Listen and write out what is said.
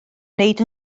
wneud